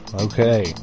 okay